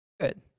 Good